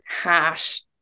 hash